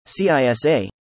CISA